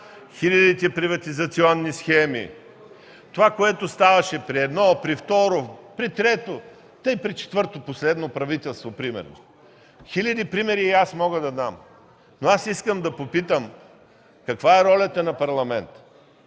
хилядите приватизационни схеми, това, което ставаше при едно, при второ, при трето, та и при четвърто последно правителство, примерно. Хиляди примери и аз мога да дам, но искам да попитам каква е ролята на Парламента?